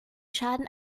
schaden